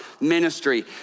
ministry